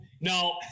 no